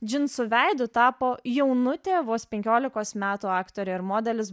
džinsų veidu tapo jaunutė vos penkiolikos metų aktorė ir modelis